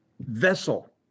vessel